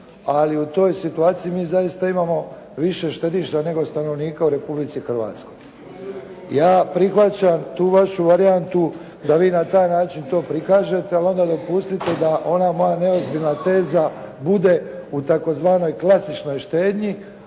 ali u toj situaciji mi zaista imamo više štediša nego stanovnika u Republici Hrvatskoj. Ja prihvaćam tu vašu varijantu, da vi na taj način to prikažete, ali onda dopustite da ona moja neozbiljna teza bude u tzv. klasičnoj štednji,